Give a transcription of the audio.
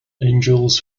angels